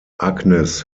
agnes